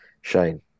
shane